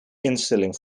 instelling